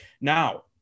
now